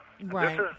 Right